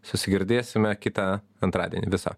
susigirdėsime kitą antradienį viso